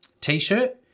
t-shirt